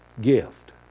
gift